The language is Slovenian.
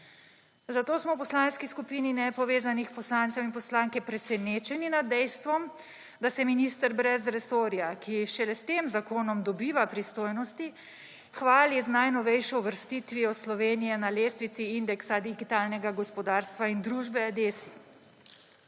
Zato smo v Poslanski skupini nepovezanih poslancev in poslanke presenečeni nad dejstvom, da se minister brez resorja, ki šele s tem zakonom dobiva pristojnosti, hvali z najnovejšo uvrstitvijo Slovenije na lestvici indeksa digitalnega gospodarstva in družbe DESI.